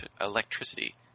electricity